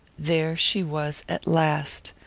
there she was at last,